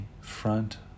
front